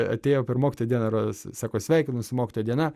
atėjo per mokytojų dieną rodos sako sveikinu su mokytojo diena